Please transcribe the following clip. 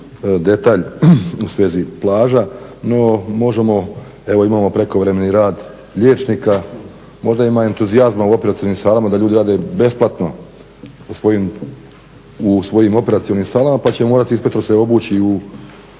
detalj u svezi plaža, no možemo, evo imamo prekovremeni rad liječnika, možda ima entuzijazma u operacionim salama da ljudi rade besplatno u svojim operacionim salama pa će morati inspektori se obući u,